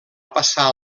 passar